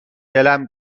دلم